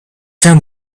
found